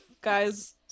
Guys